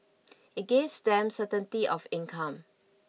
it gives them certainty of income